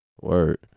Word